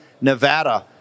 Nevada